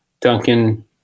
Duncan